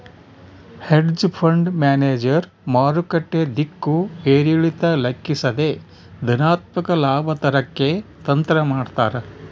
hedge fund manager ಮಾರುಕಟ್ಟೆ ದಿಕ್ಕು ಏರಿಳಿತ ಲೆಕ್ಕಿಸದೆ ಧನಾತ್ಮಕ ಲಾಭ ತರಕ್ಕೆ ತಂತ್ರ ಮಾಡ್ತಾರ